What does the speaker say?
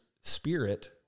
spirit